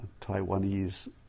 Taiwanese